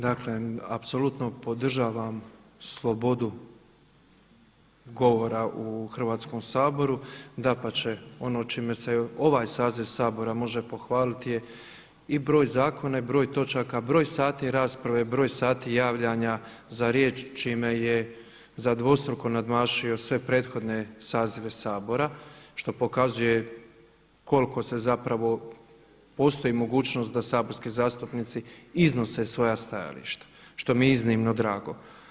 Dakle apsolutno podržavam slobodu govora u Hrvatskom saboru, dapače ovo čime se ovaj saziv Sabora može pohvaliti je i broj zakona i broj točaka, broj sati rasprave, broj sati javljanja za riječ čime je za dvostruko nadmašio sve prethodne sazive Sabora što pokazuje koliko se zapravo postoji mogućnost da saborski zastupnici iznose svoja stajališta, što mi je iznimno drago.